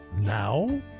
now